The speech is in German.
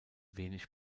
wenig